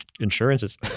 insurances